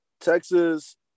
Texas